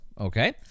okay